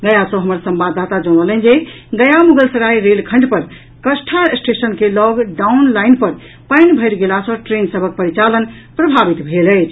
गया सँ हमर संवाददाता जनौलनि जे गया मुगलसराय रेलखंड पर कष्ठा स्टेशन के लऽग डाउन लाईन पर पानि भरि गेला सँ ट्रेन सभक परिचालन प्रभावित भेल अछि